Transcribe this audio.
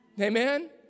amen